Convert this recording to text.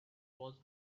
was